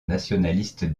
nationaliste